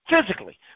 Physically